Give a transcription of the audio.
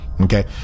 Okay